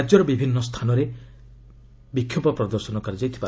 ରାଜ୍ୟର ବିଭିନ୍ନ ସ୍ଥାନରେ ମଧ୍ୟ ବିକ୍ଷୋଭ ପ୍ରଦର୍ଶନ କରାଯାଇଛି